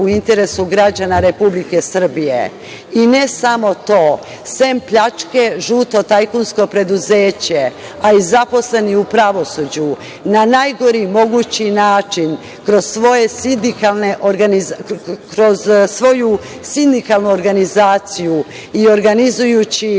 u interesu građana Republike Srbije. I ne samo to, sem pljačke, žuto tajkunsko preduzeće, a i zaposleni u pravosuđu na najgori mogući način kroz svoju sindikalnu organizaciju i organizujući